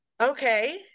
Okay